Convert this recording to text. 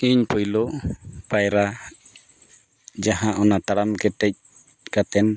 ᱤᱧ ᱯᱳᱭᱞᱳ ᱯᱟᱭᱨᱟ ᱡᱟᱦᱟᱸ ᱚᱱᱟ ᱛᱟᱲᱟᱢ ᱠᱮᱴᱮᱡ ᱠᱟᱛᱮᱫ